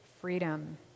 freedom